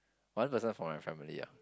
one person from my family ah